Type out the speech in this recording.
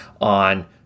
on